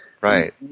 Right